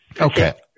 Okay